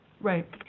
Right